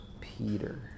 Peter